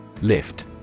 Lift